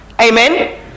amen